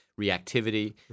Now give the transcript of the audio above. reactivity